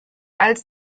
als